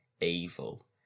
evil